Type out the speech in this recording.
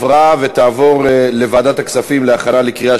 התשע"ו 2016, לוועדת הכספים נתקבלה.